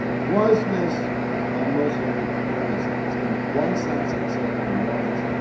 was this a muslim renaissance? in one sense, it certainly was.